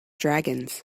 dragons